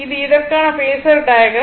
இது இதற்கான phasor diagram